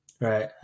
right